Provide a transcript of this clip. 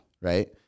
Right